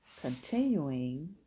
continuing